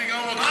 דוד,